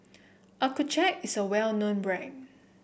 Accucheck is a well known brand